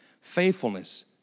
faithfulness